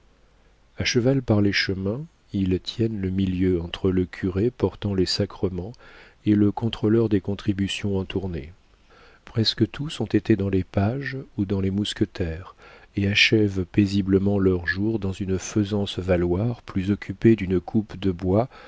a cheval par les chemins ils tiennent le milieu entre le curé portant les sacrements et le contrôleur des contributions en tournée presque tous ont été dans les pages ou dans les mousquetaires et achèvent paisiblement leurs jours dans une faisance valoir plus occupés d'une coupe de bois